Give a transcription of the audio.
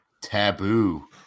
taboo